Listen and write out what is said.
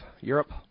Europe